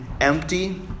empty